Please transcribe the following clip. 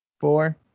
four